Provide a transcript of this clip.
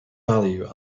value